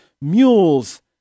mules